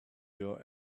your